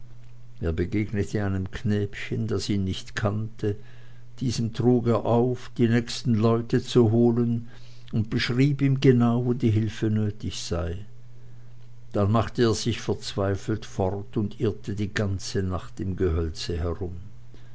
er begegnete einem knäbchen das ihn nicht kannte diesem trug er auf die nächsten leute zu holen und beschrieb ihm genau wo die hilfe nötig sei dann machte er sich verzweifelt fort und irrte die ganze nacht im gehölze herum